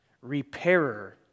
repairer